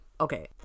okay